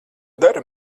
dara